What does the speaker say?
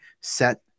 set